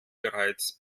bereits